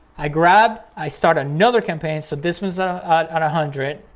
i grab, i start another campaign. so this one's ah and a hundred,